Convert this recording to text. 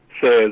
says